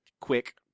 quick